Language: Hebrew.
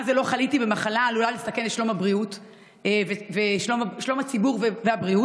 ומה זה: לא חליתי במחלה העלולה לסכן את שלום הציבור ובריאותו?